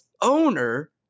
owner